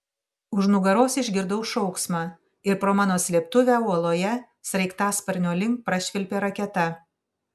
už nugaros išgirdau šauksmą ir pro mano slėptuvę uoloje sraigtasparnio link prašvilpė raketa